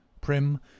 prim